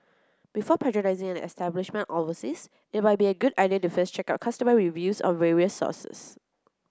before patronising an establishment overseas it might be a good idea to first check out customer reviews on various sources